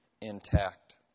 intact